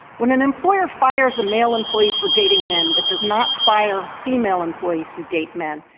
when an employer fires a male employee for dating men but does not fire female employees who date men,